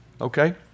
okay